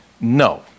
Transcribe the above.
No